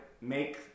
make